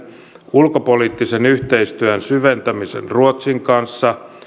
ulkopoliittisen yhteistyön syventämisen ruotsin kanssa